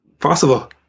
possible